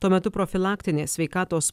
tuo metu profilaktinė sveikatos